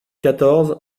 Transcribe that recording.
quatorze